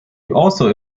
also